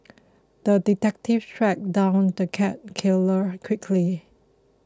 the detective tracked down the cat killer quickly